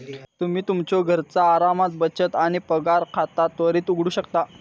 तुम्ही तुमच्यो घरचा आरामात बचत आणि पगार खाता त्वरित उघडू शकता